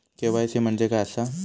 KYC म्हणजे काय आसा?